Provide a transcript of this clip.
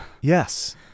Yes